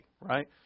right